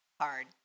hard